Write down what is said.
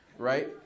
Right